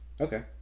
Okay